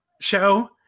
show